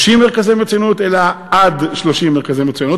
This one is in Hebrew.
מרכזי מצוינות אלא עד 30 מרכזי מצוינות.